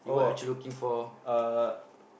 oh uh